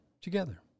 together